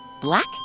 black